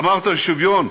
אמרת שוויון,